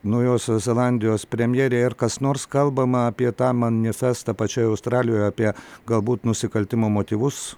naujosios zelandijos premjerė ar kas nors kalbama apie tą manifestą pačioje australijoje apie galbūt nusikaltimo motyvus